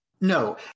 No